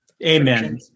Amen